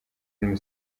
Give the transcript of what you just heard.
filime